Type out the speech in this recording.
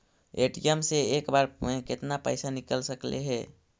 ATM से एक बार मे केतना पैसा निकल सकले हे?